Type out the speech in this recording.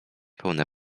pełne